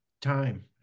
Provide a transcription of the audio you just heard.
time